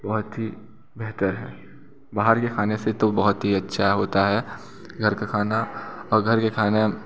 बहुत ही बेहतर है बाहर के खाने से तो बहुत ही अच्छा होता है घर का खाना और घर के खाने